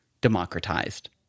democratized